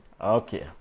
okay